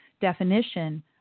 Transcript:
definition